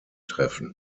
treffen